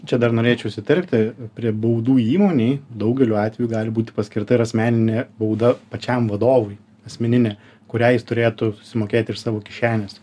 čia dar norėčiau įsiterpti prie baudų įmonei daugeliu atveju gali būti paskirta ir asmeninė bauda pačiam vadovui asmeninė kurią jis turėtų susimokėt iš savo kišenės